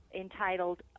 entitled